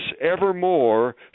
evermore